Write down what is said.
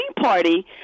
Party